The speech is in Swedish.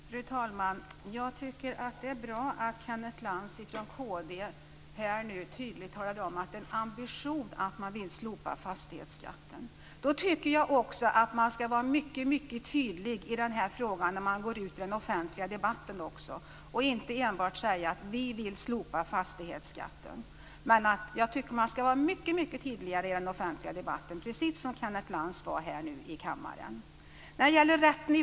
Fru talman! Det är bra att Kenneth Lantz från kd nu tydligt talar om att det är en ambition att man vill slopa fastighetsskatten. Då ska man också vara mycket tydlig när man går ut i den offentliga debatten och inte enbart säga att man vill slopa fastighetsskatten. Man ska vara mycket tydligare i den offentliga debatten, precis som Kenneth Lantz var här i kammaren. Fru talman!